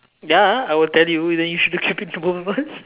ya I will tell you and then you should have keep it to both of us